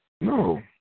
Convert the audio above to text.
No